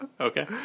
Okay